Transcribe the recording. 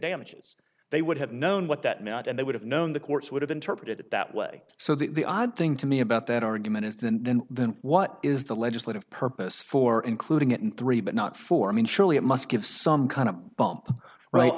damages they would have known what that meant and they would have known the courts would have interpreted it that way so the odd thing to me about that argument is than the then what is the legislative purpose for including it in three but not for i mean surely it must give some kind of bump right